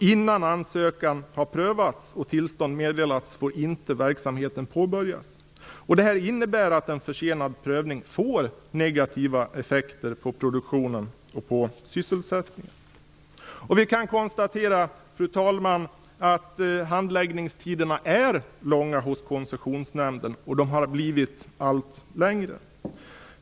Innan ansökan har prövats och tillstånd meddelats får inte verksamheten påbörjas. Det här innebär att en försenad prövning får negativa effekter på produktionen och på sysselsättningen. Vi kan, fru talman, konstatera att handläggningstiderna är långa hos Koncessionsnämnden, och de har blivit allt längre.